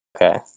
Okay